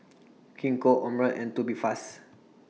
Gingko Omron and Tubifast